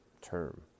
term